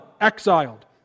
exiled